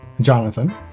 Jonathan